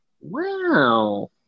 wow